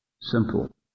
simple